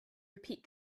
repeat